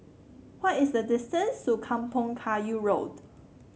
what is the distance to Kampong Kayu Road